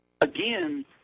again